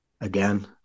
again